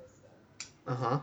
(uh huh)